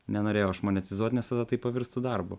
nenorėjau aš monetizuot nes tada tai pavirstų darbu